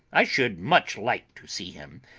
i should much like to see him,